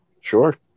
Sure